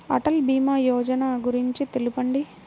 అటల్ భీమా యోజన గురించి తెలుపండి?